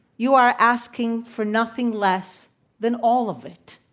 you are asking for nothing less than all of it.